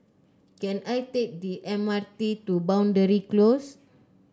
can I take the M R T to Boundary Close